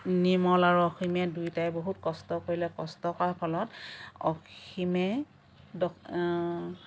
নিৰ্মল আৰু অসীমে দুয়োটাই বহুত কষ্ট কৰিলে কষ্ট কৰা ফলত অসীমে